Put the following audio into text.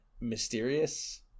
mysterious